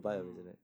mm